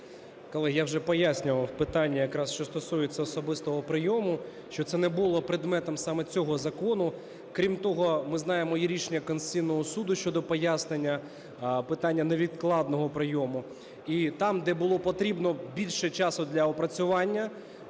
Колеги, я вже пояснював питання, якраз що стосуються особистого прийому, що це не було предметом саме цього закону. Крім того, ми знаємо, є рішення Конституційного Суду щодо пояснення питання невідкладного прийому. І там, де було потрібно більше часу для опрацювання,